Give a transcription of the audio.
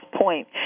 point